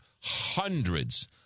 hundreds